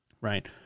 Right